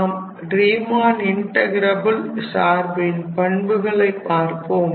நாம் ரீமன் இன்ட்டகிரபில் சார்பின் பண்புகளை பார்ப்போம்